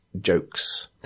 jokes